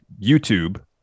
YouTube